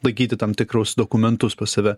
laikyti tam tikrus dokumentus pas save